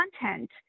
content